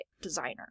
designer